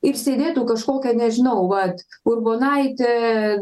ir sėdėtų kažkokia nežinau vat urbonaitė